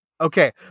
Okay